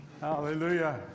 Hallelujah